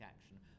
action